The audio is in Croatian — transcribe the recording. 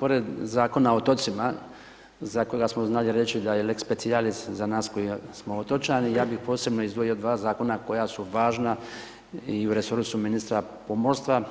Pored Zakona o otocima, za koga smo znali reći da je lex specialis za nas koji smo otočani, ja bih posebno izdvojio dva zakona koja su važna i u resoru su ministra pomorstva,